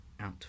out